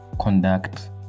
conduct